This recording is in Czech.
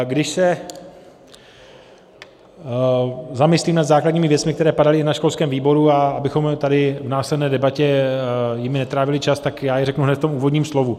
Když se zamyslím nad základními věcmi, které padaly na školském výboru, a abychom tady v následné debatě jimi netrávili čas, tak já je řeknu hned v tom úvodním slovu.